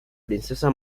princesa